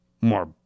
more